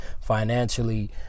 financially